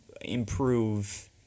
improve